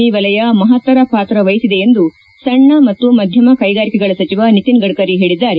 E ವಲಯ ಮಹತ್ತರ ಪಾತ್ರ ವಹಿಸಿದೆ ಎಂದು ಸಣ್ಣ ಮತ್ತು ಮಧ್ಣಮ ಕೈಗಾರಿಕೆಗಳ ಸಚಿವ ನಿತಿನ್ ಗಡ್ಡರಿ ಹೇಳಿದ್ದಾರೆ